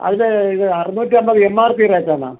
അതിലെ ഇത് അറുനൂറ്റമ്പത് എം ആർ പി റേറ്റ് ആണോ